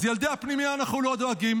אז לילדי הפנימיות אנחנו לא דואגים.